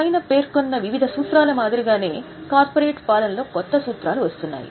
పైన పేర్కొన్న వివిధ సూత్రాల మాదిరిగా కార్పొరేట్ పాలనలో కొత్త సూత్రాలు వస్తున్నాయి